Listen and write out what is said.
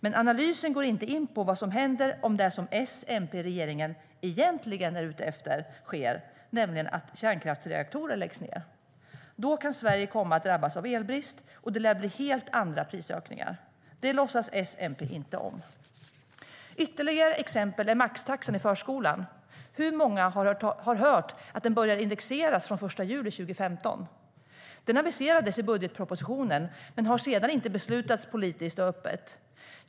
Men analysen går inte in på vad som händer om det som S-MP-regeringen egentligen är ute efter sker, nämligen att kärnkraftsreaktorer läggs ned. Då kan Sverige komma att drabbas av elbrist, och det lär bli helt andra prisökningar. Det låtsas S och MP inte om. Ytterligare exempel är maxtaxan i förskolan. Hur många har hört att den börjar indexeras från den 1 juli 2015? Det aviserades i budgetpropositionen men har sedan inte beslutats politiskt och öppet.